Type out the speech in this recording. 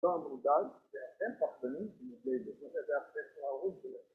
‫תודה רבה.